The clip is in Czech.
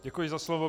Děkuji za slovo.